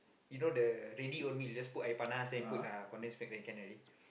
you know the ready oatmeal you just put air panas and you put condensed milk then can already